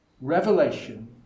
Revelation